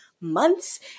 months